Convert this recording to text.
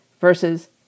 versus